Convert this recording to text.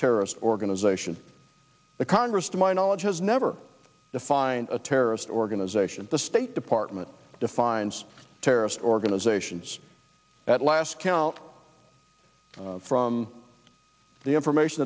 terrorist organization the congress to my knowledge has never defined a terrorist organization the state department defines terrorist organizations at last count from the information